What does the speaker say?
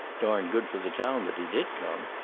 darned good for the town that he did come.